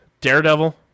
Daredevil